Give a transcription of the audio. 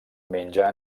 menja